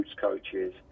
coaches